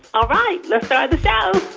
all right, let's ah the show